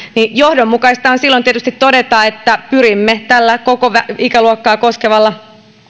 johdonmukaista on silloin tietysti todeta että pyrimme tällä koko ikäluokkaa koskevalla